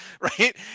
right